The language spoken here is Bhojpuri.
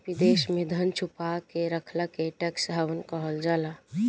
विदेश में धन छुपा के रखला के टैक्स हैवन कहल जाला